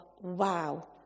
wow